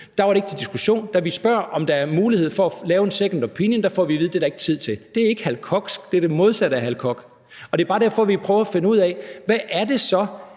ned, var det ikke til diskussion. Da vi spørger, om der er mulighed for at lave en second opinion, får vi at vide, at det er der ikke tid til. Det er ikke Hal Kochsk, det er det modsatte af Hal Koch. Det er bare derfor, vi prøver at finde ud af, hvad det så